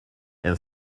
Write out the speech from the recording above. and